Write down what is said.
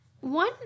One